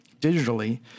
digitally